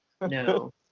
No